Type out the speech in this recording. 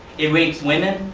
it rapes women,